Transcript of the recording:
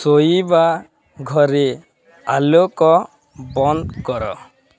ଶୋଇବା ଘରେ ଆଲୋକ ବନ୍ଦ କର